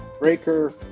Breaker